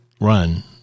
run